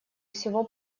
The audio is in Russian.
всего